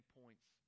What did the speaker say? points